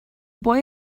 boy